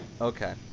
Okay